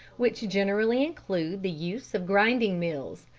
which generally include the use of grinding mills,